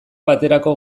baterako